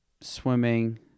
swimming